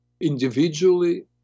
individually